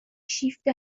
شیفت